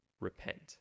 repent